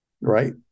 right